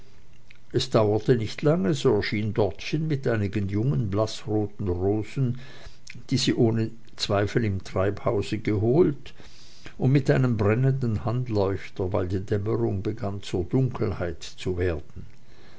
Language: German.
es dauerte nicht lange so erschien dortchen mit einigen jungen blaßroten rosen die sie ohne zweifel im treibhause geholt und mit einem brennenden handleuchter weil die dämmerung begann zur dunkelheit zu werden